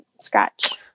scratch